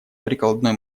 прикладной